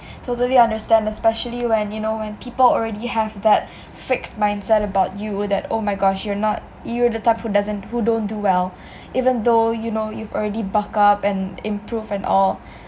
totally understand especially when you know when people already have that fixed mindset about you that oh my gosh you're not you're the type who doesn't who don't do well even though you know you've already buck up and improve and all